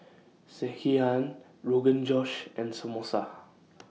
Sekihan Rogan Josh and Samosa